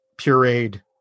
pureed